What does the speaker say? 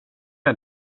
jag